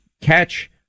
catch